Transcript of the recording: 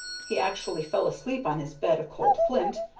he actually fell asleep on his bed of cold flint,